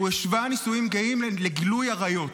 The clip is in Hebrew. הוא השווה נישואים גאים לגילוי עריות.